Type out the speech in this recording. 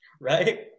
right